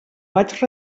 vaig